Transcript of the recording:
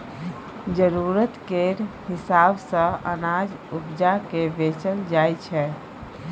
जरुरत केर हिसाब सँ अनाज उपजा केँ बेचल जाइ छै